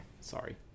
sorry